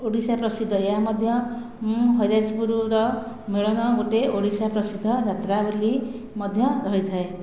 ଓଡ଼ିଶା ପ୍ରସିଦ୍ଧ ଏହା ମଧ୍ୟ ହରିରାଜପୁରର ମେଳଣ ଗୋଟିଏ ଓଡ଼ିଶା ପ୍ରସିଦ୍ଧ ଯାତ୍ରା ବୋଲି ମଧ୍ୟ ରହିଥାଏ